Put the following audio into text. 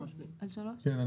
כן,